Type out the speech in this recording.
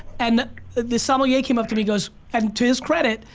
and this sommelier came up to me, goes, and to his credit,